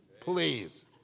Please